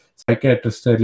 psychiatrist